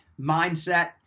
mindset